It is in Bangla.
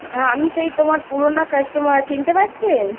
আমি সেই তোমার পুরোনো কাস্টমার চিনতে পারছেন